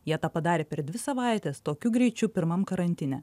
jie tą padarė per dvi savaites tokiu greičiu pirmam karantine